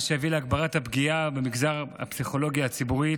מה שיביא להגברת הפגיעה במגזר הפסיכולוגיה הציבורית,